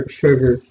sugar